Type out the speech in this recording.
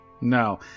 No